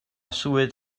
swydd